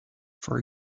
for